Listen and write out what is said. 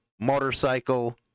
motorcycle